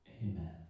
Amen